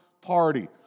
party